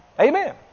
Amen